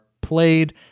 played